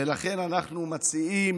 ולכן אנחנו מציעים,